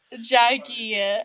Jackie